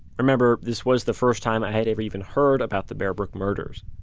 remember, this was the first time i had ever even heard about the bear brook murders.